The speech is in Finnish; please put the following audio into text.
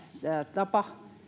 tapa